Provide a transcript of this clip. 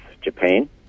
Japan